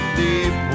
deep